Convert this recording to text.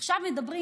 עכשיו מדברים